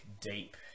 deep